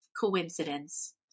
coincidence